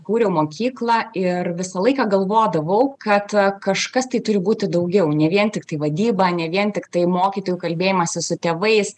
kūriau mokyklą ir visą laiką galvodavau kad kažkas tai turi būti daugiau ne vien tiktai vadyba ne vien tiktai mokytojų kalbėjimosi su tėvais